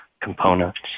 components